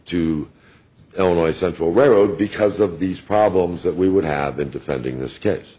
to illinois central railroad because of these problems that we would have been defending